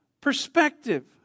perspective